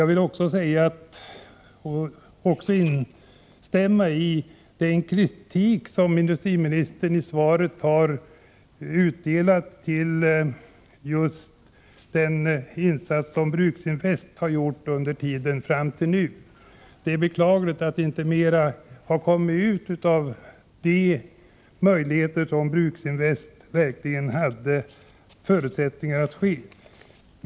Jag vill instämma i den kritik som industriministern i svaret har framfört mot just Bruksinvest för dess uteblivna insatser under tiden fram till nu. Det är beklagligt att inte mera har kommit ut av de möjligheter som Bruksinvest verkligen hade.